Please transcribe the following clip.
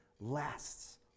lasts